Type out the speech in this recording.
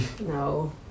No